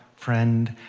friend,